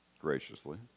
graciously